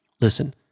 listen